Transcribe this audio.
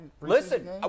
listen